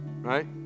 right